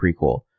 prequel